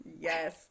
Yes